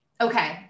Okay